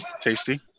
tasty